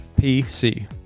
PC